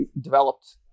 developed